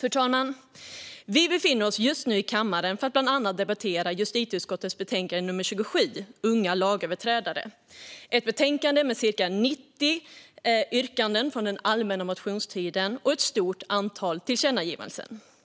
Fru talman! Vi befinner oss just nu i kammaren för att debattera bland annat justitieutskottets betänkande 27 Unga lagöverträdare , ett betänkande med cirka 90 yrkanden från den allmänna motionstiden och ett stort antal tillkännagivanden.